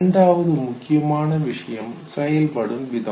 இரண்டாவது முக்கியமான விஷயம் செயல்படும் விதம்